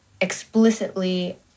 explicitly